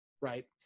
right